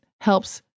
helps